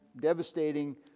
devastating